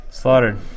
Slaughtered